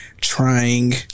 trying